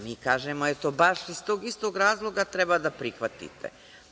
Mi kažemo, eto, baš iz tog razloga treba da prihvatite.